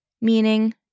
meaning